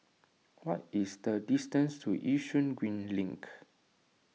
what is the distance to Yishun Green Link